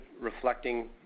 reflecting